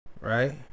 Right